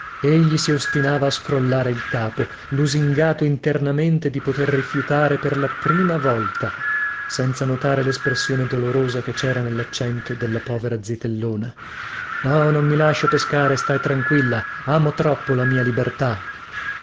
egli si ostinava a scrollare il capo lusingato internamente di poter rifiutare per la prima volta senza notare lespressione dolorosa che cera nellaccento della povera zitellona no non mi lascio pescare stai tranquilla amo troppo la mia libertà